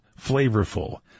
flavorful